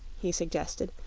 he suggested.